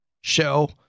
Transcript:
show